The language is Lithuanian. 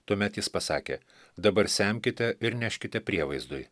tuomet jis pasakė dabar semkite ir neškite prievaizdui